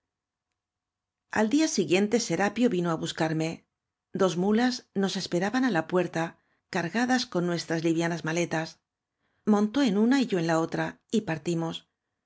al día siguiente serapio vino á buscarme dos muías nos esperaban á la puerta cargadas con nuestras liviana raaletas montó en una y yo en la otra y partimos